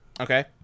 Okay